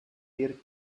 dir